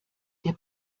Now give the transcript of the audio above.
der